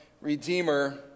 Redeemer